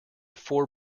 four